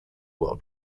world